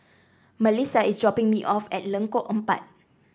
Malissa is dropping me off at Lengkok Empat